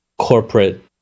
corporate